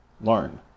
learn